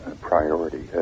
priority